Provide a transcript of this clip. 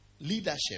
leadership